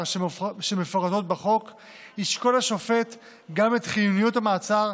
שמפורטות בחוק ישקול השופט גם את חיוניות המעצר,